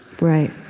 Right